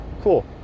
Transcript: Cool